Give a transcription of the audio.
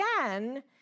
again